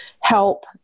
help